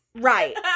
Right